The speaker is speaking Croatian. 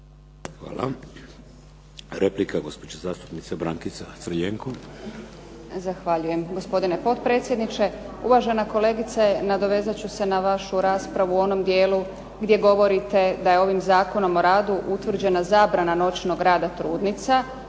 Hvala. Replika, gospođa zastupnica Brankica Crljenko. **Crljenko, Brankica (SDP)** Zahvaljujem gospodine potpredsjedniče. Uvažena kolegice, nadovezat ću se na vašu raspravu u onom dijelu gdje govorite da je ovim Zakonom o radu utvrđena zabrana noćnog rada trudnica,